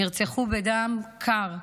נרצחו בדם קר,